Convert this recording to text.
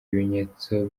ibimenyetso